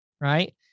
Right